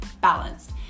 balanced